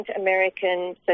American